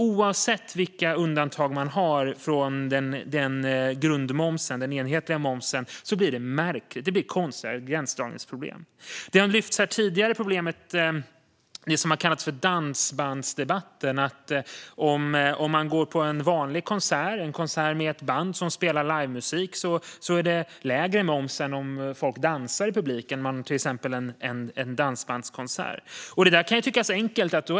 Oavsett vilka undantag man har från grundmomsen, den enhetliga momsen, blir det märkligt. Det blir konstiga gränsdragningsproblem. Det som har kallats för dansbandsdebatten har lyfts här tidigare. Om man går på en vanlig konsert, en konsert med ett band som spelar livemusik, är det lägre moms än om folk i publiken dansar, till exempel på en dansbandskonsert. Det där kan tyckas enkelt.